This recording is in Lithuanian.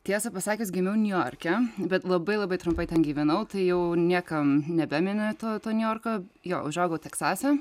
tiesa pasakius gimiau niujorke bet labai labai trumpai ten gyvenau tai jau niekam nebeminiu to to niujorko jo užaugau teksase